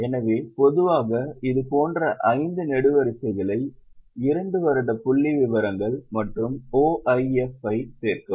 எனவே பொதுவாக இது போன்ற ஐந்து நெடுவரிசைகளை 2 வருட புள்ளிவிவரங்கள் மற்றும் OIF ஐ சேர்க்கவும்